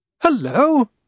Hello